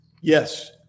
Yes